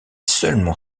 seulement